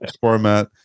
format